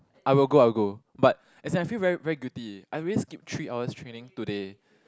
I will go I will go but as I feel very very guilty I already skip three hours training today